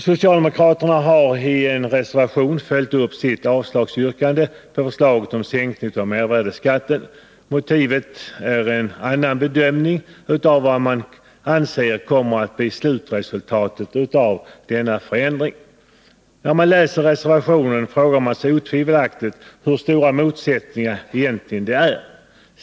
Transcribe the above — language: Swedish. Socialdemokraterna har i en reservation följt upp sitt avslagsyrkande på förslaget om en sänkning av mervärdeskatten. Motivet är en annan bedömning av vad som kommer att bli slutresultatet av denna förändring. När man läser reservationen frågar man sig otvivelaktigt hur stora motsättningarna egentligen är.